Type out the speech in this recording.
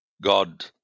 God